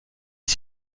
est